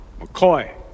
McCoy